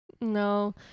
no